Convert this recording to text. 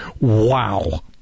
Wow